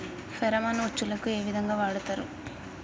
Pheromone ఉచ్చులకు ఏ విధంగా వాడుతరు?